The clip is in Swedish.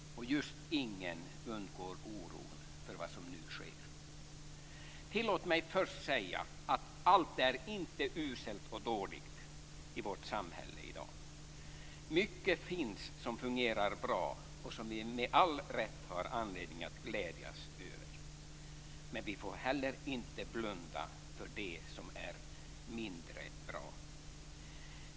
Just ingen undgår oron för vad som nu sker. Tillåt mig först säga att allt inte är uselt och dåligt i vårt samhälle i dag. Det finns mycket som fungerar bra och som vi med all rätt har anledning att glädjas över. Men vi får inte heller blunda för det som är mindre bra.